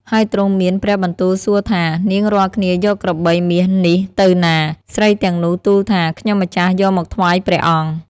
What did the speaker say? ហើយទ្រង់មានព្រះបន្ទូលសួរថា “នាងរាល់គ្នាយកក្របី មាសនេះទៅណា ?” ស្រីទាំងនោះទួលថា“ខ្ញុំម្ចាស់យកមកថ្វាយព្រះអង្គ ” ។